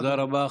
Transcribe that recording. תודה רבה.